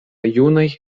junaj